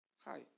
Hi